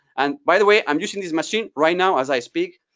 and by the way, i'm using this machine right now as i speak.